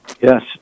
Yes